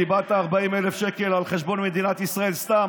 קיבלת 40,000 שקל על חשבון מדינת ישראל סתם,